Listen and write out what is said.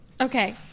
Okay